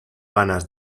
ganas